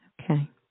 Okay